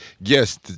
Yes